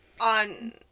On